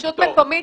רשות מקומית,